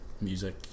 music